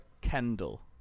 Kendall